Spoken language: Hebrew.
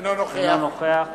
אינו נוכח